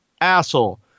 asshole